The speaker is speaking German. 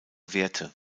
werte